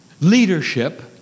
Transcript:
leadership